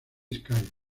sky